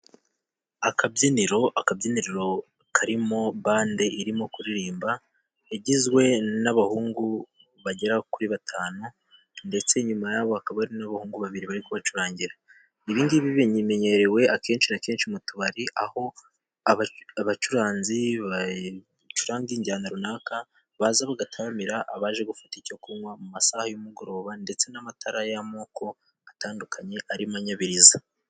Akabyiniro ,akabyiniriro karimo bande irimo kuririmba ,igizwe n'abahungu bagera kuri batanu, ndetse nyuma yabo hakaba hari n'abahungu babiri bari kubacurangira. Ibi ngibi bimenyerewe akenshi kenshi mu tubari, aho abacuranzi bacuranga injyana runaka, baza bagataramira abaje gufata icyo kunywa mu masaha y'umugoroba, ndetse n'amatara y'amoko atandukanye arimo anyabiriza.